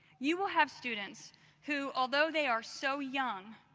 you will have students who, although they are so young,